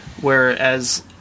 whereas